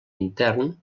intern